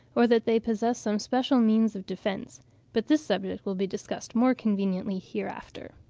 or that they possess some special means of defence but this subject will be discussed more conveniently hereafter.